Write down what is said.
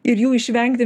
ir jų išvengti